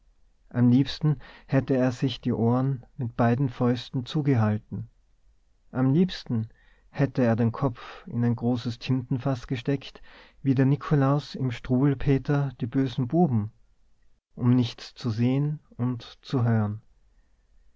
am liebsten hätte er sich die ohren mit beiden fäusten zugehalten am liebsten hätte er den kopf in ein großes tintenfaß gesteckt wie der nikolaus im struwwelpeter die bösen buben um nichts zu sehen und zu hören